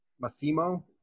Massimo